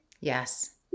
Yes